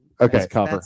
okay